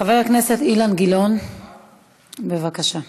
אילן גילאון, בבקשה.